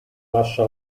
lascia